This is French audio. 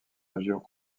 injure